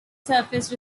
surface